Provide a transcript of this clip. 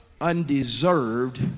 undeserved